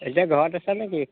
এতিয়া ঘৰত আছা নেকি